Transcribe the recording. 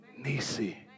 Nisi